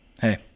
hey